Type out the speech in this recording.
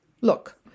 Look